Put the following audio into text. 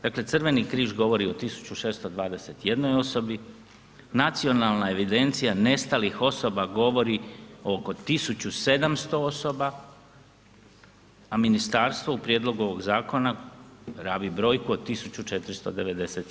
Dakle Crveni križ govori o 1621 osobi, nacionalna evidencija nestalih osoba o oko 1700 osoba a ministarstvo u prijedlogu ovoga zakona rabi brojku od 1491.